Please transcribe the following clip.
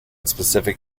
specific